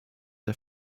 der